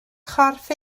chorff